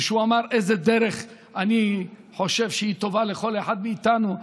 וכשהוא אמר: איזו דרך אני חושב שהיא טובה לכל אחד מאיתנו?